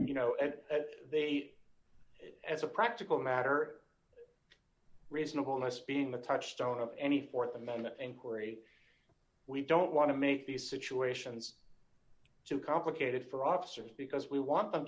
you know and they as a practical matter reasonable this being the touchstone of any th amendment inquiry we don't want to make these situations too complicated for officers because we want them